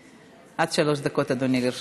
עד שלוש דקות, אדוני, לרשותך.